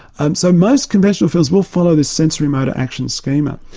um so most conventional films will follow the sensory motor action schema.